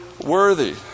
worthy